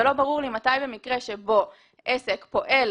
לא ברור לי מתי במקרה שבו עסק פועל